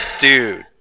Dude